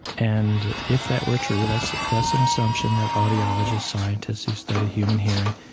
and if that were true, that's that's an assumption that audiologists, scientists who study human hearing,